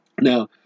Now